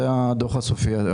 זה הדוח הסופי.